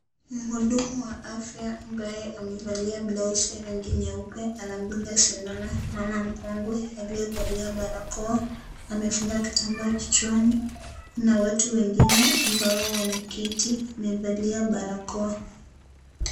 Mhudumu wa afya ambaye amevalia blausi ya rangi nyeupe anamdunga sindano mama mkongwe aliyevalia barakoa, amefunga kitambaa kichwani. Kuna watu wengine ambao wameketi, wamevalia barakoa.